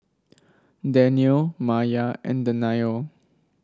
Daniel Maya and Danial